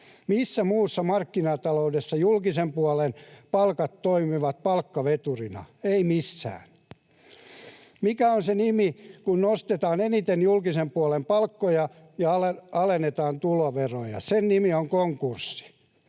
Missä muussa markkinataloudessa julkisen puolen palkat toimivat palkkaveturina? Eivät missään. Mikä on se nimi, kun nostetaan eniten julkisen puolen palkkoja ja alennetaan tuloveroja? Se nimi on konkurssi.